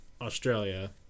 Australia